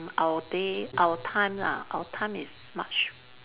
our day our time lah our time is much